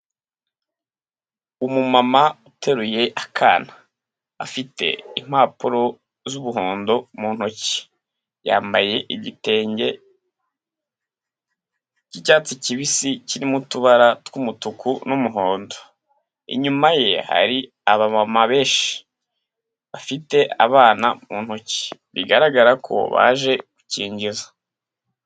Umumama uteruye akana afite impapuro z'umuhondo mu ntoki, yambaye igitenge cy'icyatsi kibisi kirimo utubara tw'umutuku n'umuhondo. Inyuma ye hari abamama benshi bafite abana mu ntoki bigaragara ko baje gukingiza.